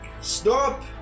Stop